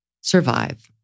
survive